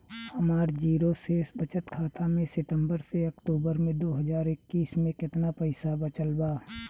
हमार जीरो शेष बचत खाता में सितंबर से अक्तूबर में दो हज़ार इक्कीस में केतना पइसा बचल बा?